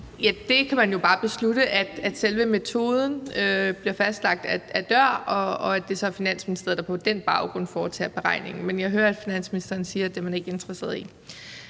Ja, man kan jo bare beslutte, at selve metoden bliver fastlagt af DØR, og at det så er Finansministeriet, der på den baggrund foretager beregningen. Men jeg hører, at finansministeren siger, at det er man ikke interesseret i.